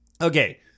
Okay